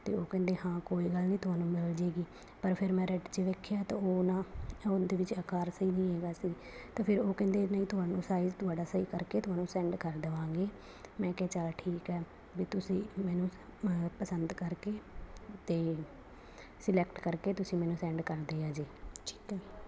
ਅਤੇ ਉਹ ਕਹਿੰਦੇ ਹਾਂ ਕੋਈ ਗੱਲ ਨਹੀਂ ਤੁਹਾਨੂੰ ਮਿਲ ਜਾਏਗੀ ਪਰ ਫਿਰ ਮੈਂ ਰੈਡ 'ਚ ਵੇਖਿਆ ਅਤੇ ਉਹ ਨਾ ਉਹਦੇ ਵਿੱਚ ਆਕਾਰ ਸਹੀ ਨਹੀਂ ਹੈਗਾ ਸੀ ਅਤੇ ਫਿਰ ਉਹ ਕਹਿੰਦੇ ਨਹੀਂ ਤੁਹਾਨੂੰ ਸਾਈਜ਼ ਤੁਹਾਡਾ ਸਹੀ ਕਰਕੇ ਤੁਹਾਨੂੰ ਸੈਂਡ ਕਰ ਦੇਵਾਂਗੇ ਮੈਂ ਕਿਹਾ ਚਲ ਠੀਕ ਹੈ ਵੀ ਤੁਸੀਂ ਮੈਨੂੰ ਪਸੰਦ ਕਰਕੇ ਅਤੇ ਸਲੈਕਟ ਕਰਕੇ ਤੁਸੀਂ ਮੈਨੂੰ ਸੈਂਡ ਕਰ ਦਿਆ ਜੇ ਠੀਕ ਹੈ